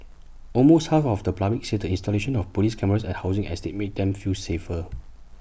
almost half of the public said the installation of Police cameras at housing estates made them feel safer